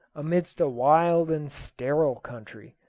amidst a wild and sterile country,